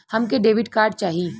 हमके debit card चाही?